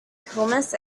hummus